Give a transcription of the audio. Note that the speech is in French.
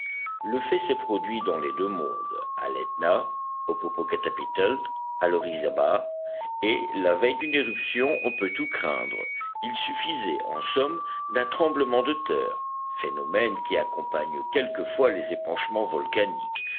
le fait s'est produit dans les deux mondes à l'etna au popocatepelt à l'orizaba et la veille d'une éruption on peut tout craindre il suffisait en somme d'un tremblement de terre phénomène qui accompagne quelquefois les épanchements volcaniques